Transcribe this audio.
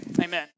amen